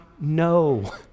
No